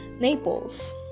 Naples